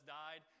died